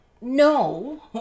no